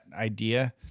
idea